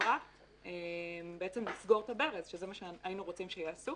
חברה לסגור את הברז, שזה מה שהיינו רוצים שיעשו.